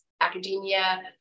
academia